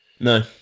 no